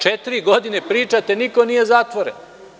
Četiri godine pričate, a niko nije zatvoren.